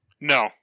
No